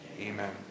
Amen